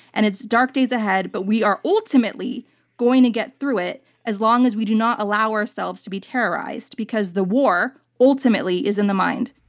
and it's dark days ahead, but we are ultimately going to get through it as long as we do not allow ourselves to be terrorized because the war, ultimately, is in the mind.